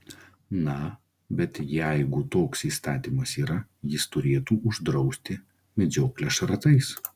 na bet jeigu toks įstatymas yra jis turėtų uždrausti medžioklę šratais